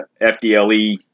FDLE